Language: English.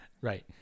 right